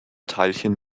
teilchen